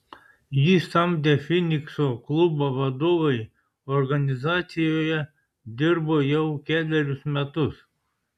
jį samdę finikso klubo vadovai organizacijoje dirbo jau kelerius metus